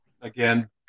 Again